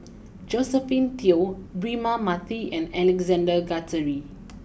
Josephine Teo Braema Mathi and Alexander Guthrie